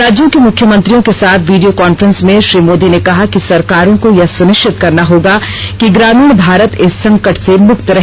राज्यों के मुख्यमंत्रियों के साथ वीडियो कांफ्रेंस में श्री मोदी ने कहा कि सरकारों को यह सुनिश्चित करना होगा कि ग्रामीण भारत इस संकट से मुक्त रहे